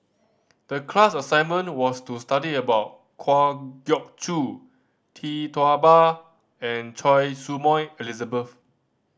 the class assignment was to study about Kwa Geok Choo Tee Tua Ba and Choy Su Moi Elizabeth